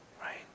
right